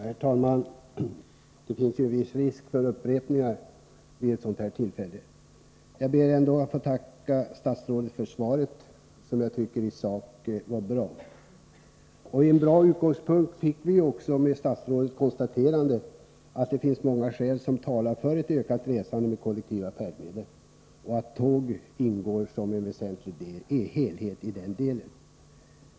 Herr talman! Det finns viss risk för upprepningar vid ett sådant här tillfälle. Jag ber ändå att få tacka statsrådet för svaret, som i sak var bra. Vi fick en bra utgångspunkt för debatten med statsrådets konstaterande att det finns många skäl som talar för ett ökat resande med kollektiva färdmedel och att tåg ingår som en väsentlig del i den helheten.